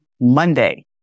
Monday